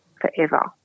forever